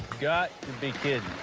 got to be kidding.